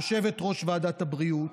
יושבת-ראש ועדת הבריאות,